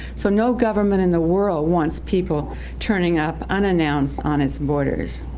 so no government in the world wants people turning up unannounced on its borders.